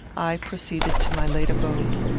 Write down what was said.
i proceeded to my late abode.